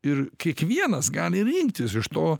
ir kiekvienas gali rinktis iš to